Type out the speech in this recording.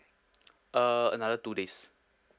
uh another two days